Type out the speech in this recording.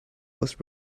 was